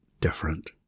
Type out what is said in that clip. different